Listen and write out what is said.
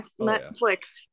Netflix